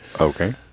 Okay